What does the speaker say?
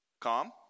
Calm